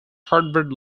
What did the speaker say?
harvard